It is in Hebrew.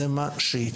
זה מה שיקרה.